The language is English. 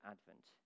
Advent